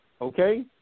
okay